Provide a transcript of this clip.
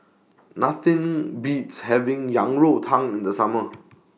Nothing Beats having Yang Rou Tang in The Summer